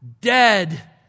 dead